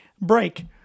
break